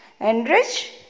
Enrich